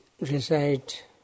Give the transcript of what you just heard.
recite